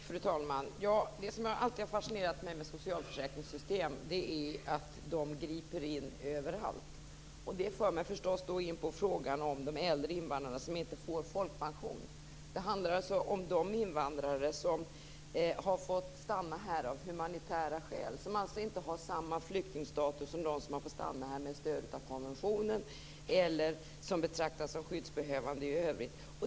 Fru talman! Det som alltid har fascinerat mig med socialförsäkringssystemen är att de griper in överallt. Det för mig förstås in på frågan om de äldre invandrarna som inte får folkpension. Det handlar om de invandrare som har fått stanna här av humanitära skäl. De har inte samma flyktingstatus som de som har fått stanna här med stöd av konventioner eller som betraktas som skyddsbehövande i övrigt.